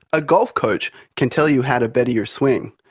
a golf coach can tell you how to better your swing,